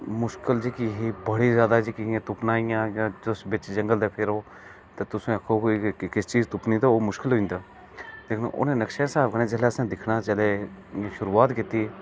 मुश्कल जेह्ड़ी ही बड़ी जादा इंया तुप्पना बिच जंगल दे फिरो ते तुसें ई आक्खे कोई की एह्की चीज़ तुप्पो ते ओह् मुश्कल होई जंदा ते उनें नक्शे स्हाब कन्नै जेल्लै अस दिक्खने लग्गे ते एह् शुरूआत कीती